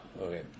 okay